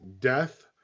death